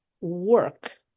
work